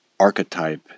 Archetype